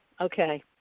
Okay